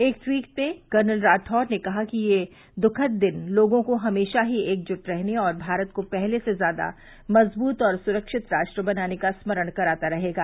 एक ट्वीट में कर्नल राठौड़ ने कहा कि यह दुखद दिन लोगों को हमेशा ही एकजुट रहने और भारत को पहले से ज्यादा मजबूत और सुरक्षित राष्ट्र बनाने का स्मरण कराता रहेगा